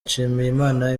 nshimiyimana